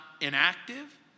inactive